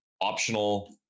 optional